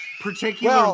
particular